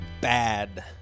bad